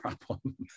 problem